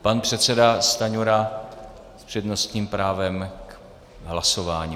Pan předseda Stanjura s přednostním právem k hlasování.